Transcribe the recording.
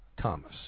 Thomas